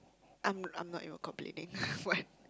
I'm I'm not even complaining what